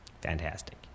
Fantastic